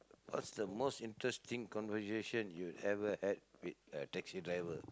what's the most interesting conversation you've ever had with a taxi driver